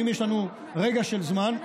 שאם יש לנו רגע של זמן,